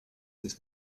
this